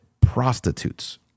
prostitutes